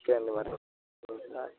చేయండి మరి